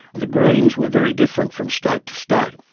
the greens were very different from state to state.